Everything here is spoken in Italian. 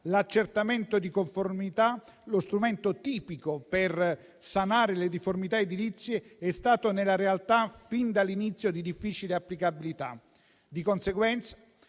l'accertamento di conformità - lo strumento tipico per sanare le difformità edilizie - è stato nella realtà, fin dall'inizio, di difficile applicabilità. Di conseguenza